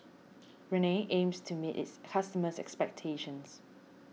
Rene aims to meet its customers' expectations